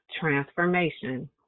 Transformation